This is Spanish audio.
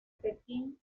pekín